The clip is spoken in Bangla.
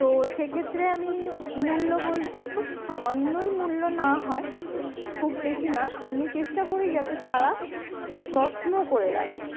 তো সেক্ষেত্রে আমি মূল্য বলতে খুব সামান্যই মূল্য না হয় খুব বেশি না আমি চেষ্টা করি যাতে তারা যত্ন করে রাখে